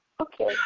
okay